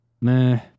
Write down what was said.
meh